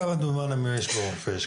כמה דונם יש בחורפיש,